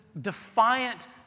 defiant